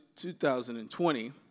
2020